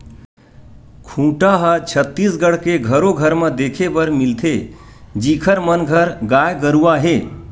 खूटा ह छत्तीसगढ़ के घरो घर म देखे बर मिलथे जिखर मन घर गाय गरुवा हे